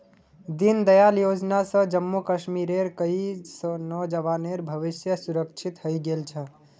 दीनदयाल योजना स जम्मू कश्मीरेर कई नौजवानेर भविष्य सुरक्षित हइ गेल छ